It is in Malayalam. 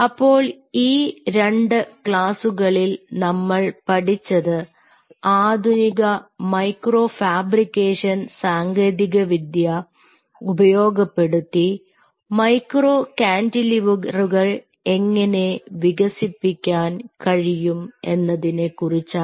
അപ്പോൾ ഈ രണ്ട് ക്ലാസുകളിൽ നമ്മൾ പഠിച്ചത് ആധുനിക മൈക്രോ ഫാബ്രിക്കേഷൻ സാങ്കേതികവിദ്യ ഉപയോഗപ്പെടുത്തി മൈക്രോ കാന്റിലിവറുകൾ എങ്ങിനെ വികസിപ്പിക്കാൻ കഴിയും എന്നതിനെക്കുറിച്ചാണ്